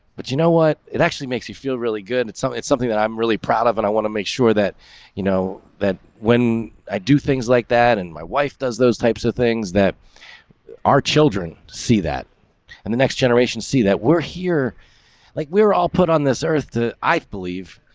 but you know what? it actually makes you feel really good. it's so something something that i'm really proud of. and i want to make sure that you know that when i do things like that and my wife does those types of things that our children see that on and the next generation see that we're here like we're all put on this earth. the i've believe,